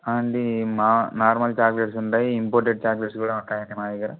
ఆ అండి మా నార్మల్ చాక్లెట్స్ ఉంటాయి ఇంపోర్టెడ్ చాక్లెట్స్ కూడా ఉన్నాయి మా దగ్గర